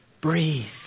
Breathe